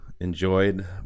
Enjoyed